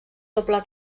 doble